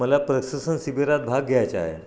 मला प्रशासन शिबिरात भाग घ्यायचा आहे